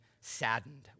saddened